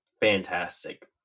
fantastic